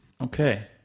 Okay